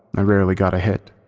i rarely got a hit.